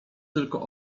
tylko